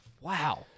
Wow